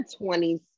20s